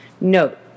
Note